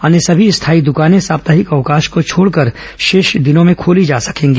अन्य सभी स्थायी द्रकानें साप्ताहिक अवकाश को छोड़कर शेष दिनों में खोली जा सकेंगी